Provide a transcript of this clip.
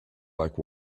like